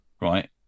right